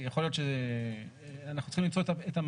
יכול להיות שאנחנו צריכים למצוא את המענה,